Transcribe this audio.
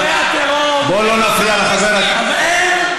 בוא לא נפריע לחבר הכנסת,